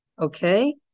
Okay